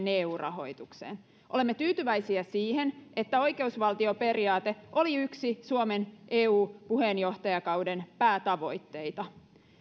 eu rahoitukseen olemme tyytyväisiä siihen että oikeusvaltioperiaate on yksi suomen eu puheenjohtajakauden päätavoitteita